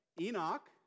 Enoch